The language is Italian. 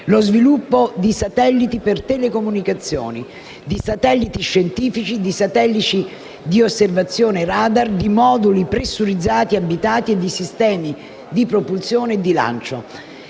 lo sviluppo di satelliti per telecomunicazioni, di satelliti scientifici, di satelliti di osservazione *radar*, di moduli pressurizzati abitati e di sistemi di propulsione e di lancio.